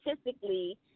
statistically